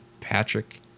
Patrick